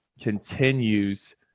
continues